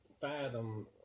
fathom